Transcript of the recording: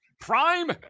Prime